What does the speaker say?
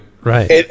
Right